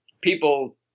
people